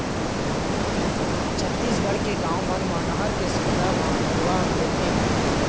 छत्तीसगढ़ के गाँव मन म नहर के संघरा म नरूवा घलोक हे